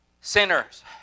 sinners